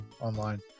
Online